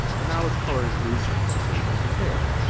but now let's color in three seven, just so we can compare.